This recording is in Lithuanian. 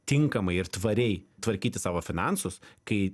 tinkamai ir tvariai tvarkyti savo finansus kai